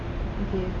okay